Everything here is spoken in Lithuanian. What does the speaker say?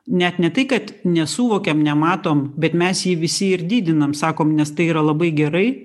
net ne tai kad nesuvokiam nematom bet mes jį visi ir didinam sakom nes tai yra labai gerai